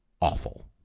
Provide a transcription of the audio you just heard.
Awful